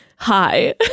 Hi